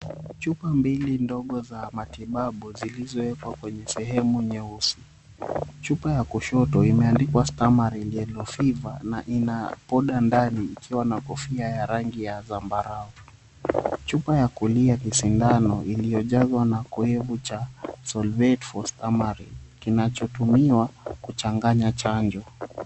Chupa mbili ndogo za matibabu zilizoekwa kwenye sehemu nyeusi. Chupa ya kushoto imeandikwa, Stamaril Yellow Fever, na ina poda ndani ikiwa na kofia ya rangi ya zambarau. Chupa ya kulia ni sindano iliyojazwa na kioevu cha solvate for stamaril kinachotumiwa kuchanganya chanjo.